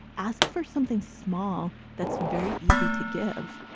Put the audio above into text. ask for something small that's very easy to give,